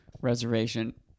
reservation